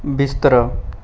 ਬਿਸਤਰਾ